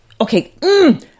Okay